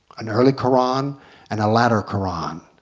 an early koran and a latter koran.